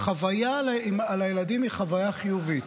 קודם כול, החוויה לילדים היא חוויה חיובית.